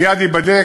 זה מייד ייבדק.